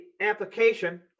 application